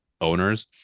owners